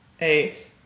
eight